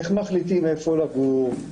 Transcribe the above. איך מחליטים איפה לגור,